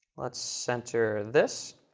let's center this.